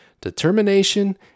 determination